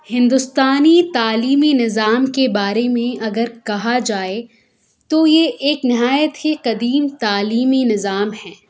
ہندوستانی تعلیمی نظام کے بارے میں اگر کہا جائے تو یہ ایک نہایت ہی قدیم تعلیمی نظام ہے